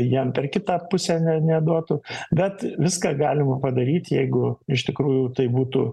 jam per kitą pusę ne neduotų bet viską galima padaryt jeigu iš tikrųjų tai būtų